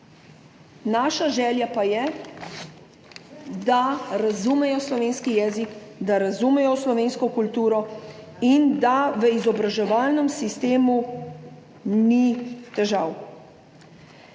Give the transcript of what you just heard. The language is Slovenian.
Naša želja pa je, da razumejo slovenski jezik, da razumejo slovensko kulturo in da v izobraževalnem sistemu ni težav.